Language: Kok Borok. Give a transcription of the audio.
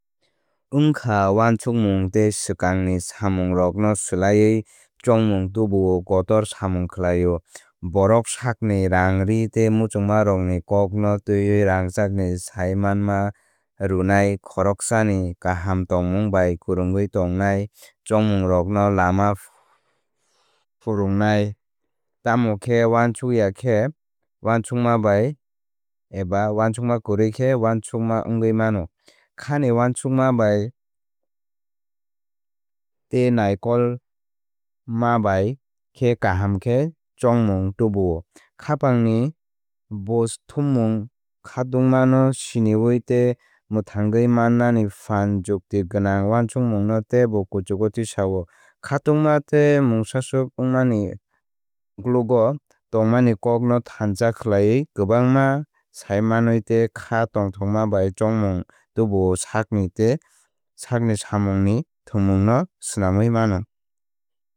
Wngkha uansukmung tei swkangni samungrokno swlaiwi chongmung tubuo kotor samung khlaio. Bohrok sakni rangri tei muchungmarokni kokno twiwi rangchakni saimanma rwnai khoroksani kaham tongmung bai kwrwngwi tongnai chongmungrokno lama phurwnai. Tamokhe uansukya khe uansukma bai uansukma eba uansukma kwrwi khe uansukma wngwi mano. Khani uansukma bai tei naikolma bai khe kaham khe chongmung tubuo. Khapangni buj thummung khatungma no siniwi tei mwthangwi mannani phan jukti gwnang uansukmung no teibo kuchugo tisao. Khatungma tei mungsaswk wngmani ungklugo tongmani kok no thansa khlaiwi kwbangma saimanwi. Tei khá tongthokma bai chongmung tubuo sakni tei sakni samungni thwngmungno swnamwi mano